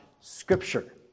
Scripture